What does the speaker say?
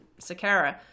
Sakara